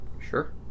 sure